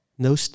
No